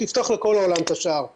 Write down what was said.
לפתוח לכל העולם את השער שייכנסו,